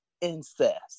incest